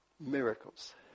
Miracles